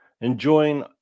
enjoying